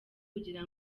kugira